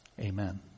Amen